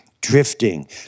drifting